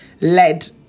led